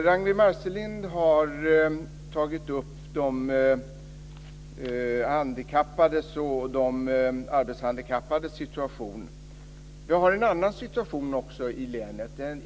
Ragnwi Marcelind har tagit upp de handikappades och de arbetshandikappades situation. Vi har också en annan situation i länet.